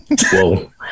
Whoa